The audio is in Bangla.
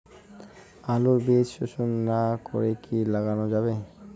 আলুর বীজ শোধন না করে কি লাগানো যাবে?